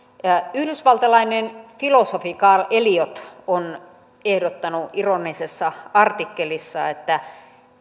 yhdysvaltalainen filosofi carl elliott on ehdottanut ironisessa artikkelissa että